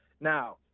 Now